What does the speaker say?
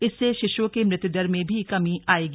इससे शिशुओं के मृत्युदर में भी कमी आयेगी